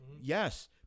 Yes